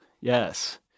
Yes